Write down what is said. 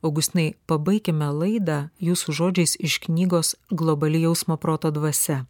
augustinai pabaikime laidą jūsų žodžiais iš knygos globali jausmo proto dvasia